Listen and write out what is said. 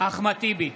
אחמד טיבי,